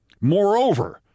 Moreover